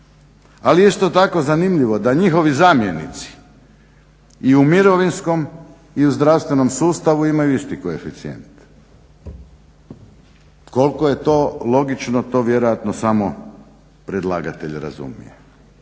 Ali je isto tako zanimljivo da njihovi zamjenici i u mirovinskom i u zdravstvenom sustavu imaju isti koeficijent. Koliko je to logično to samo vjerojatno predlagatelj razumije.